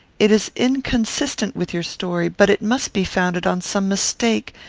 it is inconsistent with your story, but it must be founded on some mistake,